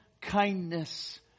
kindness